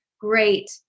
great